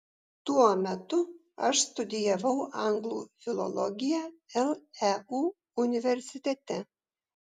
tuo metu aš studijavau anglų filologiją leu universitete